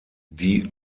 die